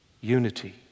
unity